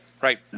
Right